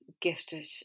gifted